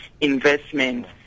investment